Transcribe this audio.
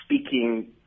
speaking